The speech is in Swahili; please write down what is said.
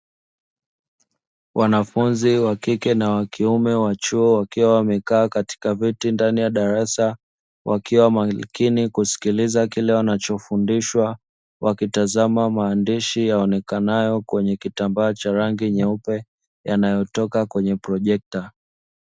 Wanafunzi wa (kike na wa kiume) wa chuo, wakiwa wamekaa katika viti ndani ya darasa, wakiwa makini kusikiliza kile wanachofundishwa, wakitanzama maandishi yaonekanayo kwenye kitambaa cha rangi nyeupe yanayotoka kwenye projekta.